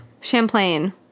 Champlain